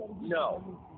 No